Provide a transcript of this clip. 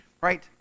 right